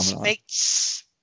makes